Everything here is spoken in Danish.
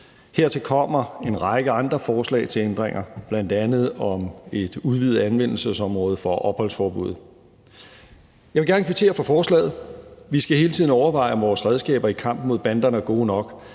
Hertil kommer en række andre forslag til ændringer, bl.a. om et udvidet anvendelsesområde for opholdsforbuddet. Jeg vil gerne kvittere for forslaget. Vi skal hele tiden overveje, om vores redskaber i kampen mod banderne er gode nok.